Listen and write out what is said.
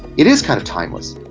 it is kind of timeless.